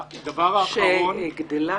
שגדלה?